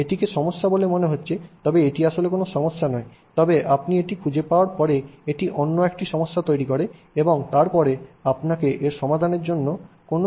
এটিকে সমস্যা বলে মনে হচ্ছে তবে এটি আসলে কোনও সমস্যা নয় তবে আপনি এটি খুঁজে পাওয়ার পরে এটি অন্য একটি সমস্যা তৈরি করে এবং তারপরে আপনাকে এর সমাধানের জন্য কোনও অন্য উপায় বের করতে হবে